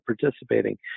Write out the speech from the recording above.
participating